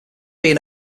being